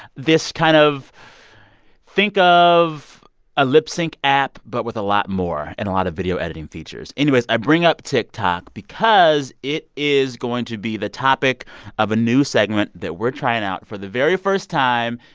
this kind of think of a lip-sync app but with a lot more and a lot of video editing features. anyways, i bring up tiktok because it is going to be the topic of a new segment that we're trying out for the very first time.